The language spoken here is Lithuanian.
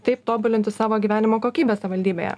taip tobulinti savo gyvenimo kokybę savivaldybėje